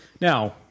now